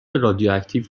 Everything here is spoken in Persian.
رادیواکتیو